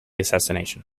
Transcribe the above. assassination